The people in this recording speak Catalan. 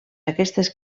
aquestes